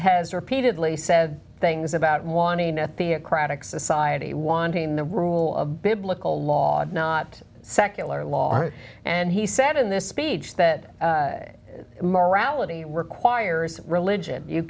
has repeatedly said things about wanting a theocratic society wanting the rule of biblical law not secular law and he said in this speech that morality requires religion you